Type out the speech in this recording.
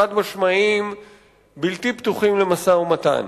חד-משמעיים ובלתי פתוחים למשא-ומתן.